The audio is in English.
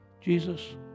Jesus